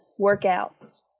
workouts